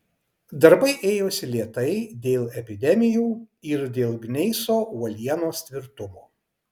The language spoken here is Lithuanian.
darbai ėjosi lėtai dėl epidemijų ir dėl gneiso uolienos tvirtumo